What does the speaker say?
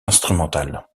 instrumentales